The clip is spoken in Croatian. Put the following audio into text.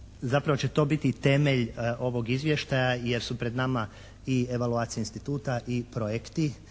zapravo će to biti temelj ovog izvještaja jer su pred nama i evaloacije instituta i projekti